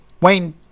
Wayne